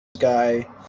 guy